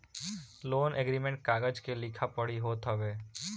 loan agreement कागज के लिखा पढ़ी होत हवे